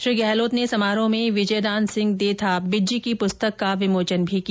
श्री गहलोत ने समारोह में विजयदान सिंह देथा बिज्जी की पुस्तक का विमोचन भी किया